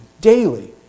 daily